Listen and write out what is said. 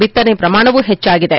ಬಿತ್ತನೆ ಪ್ರಮಾಣವು ಹೆಚ್ಚಾಗಿದೆ